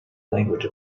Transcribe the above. language